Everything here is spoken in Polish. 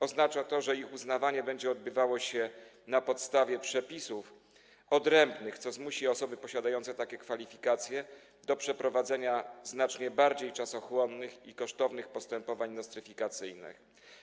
Oznacza to, że ich uznawanie będzie odbywało się na podstawie odrębnych przepisów, co zmusi osoby posiadające takie kwalifikacje do przeprowadzenia znacznie bardziej czasochłonnych i kosztownych postępowań nostryfikacyjnych.